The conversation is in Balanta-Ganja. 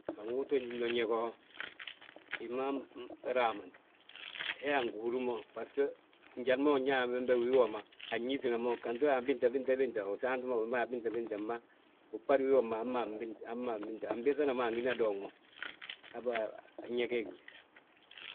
Ndu uto ñin mo ñég ho, hi ma raamani hee hi angi húri mo basg, njali ma nñaam bembe wii woma, nñitina mo ganti uyaama, binte, binte, binte, usaantima mo. Uma yaa, binte mma uɓadu wi, uɓadi wii womma, hamma antinbe, ambiiŧana mo angina dooŋ mo.